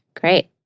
Great